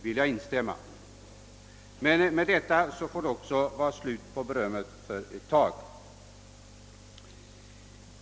Men med detta måste det också tills vidare vara slut på berömmet.